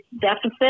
deficit